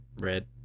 Red